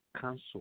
cancel